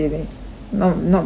not not very good at it